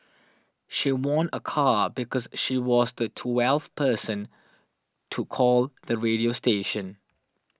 she won a car because she was the twelfth person to call the radio station